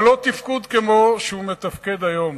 אבל לא תפקוד כמו שהוא מתפקד היום.